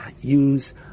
use